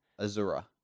Azura